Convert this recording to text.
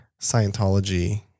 Scientology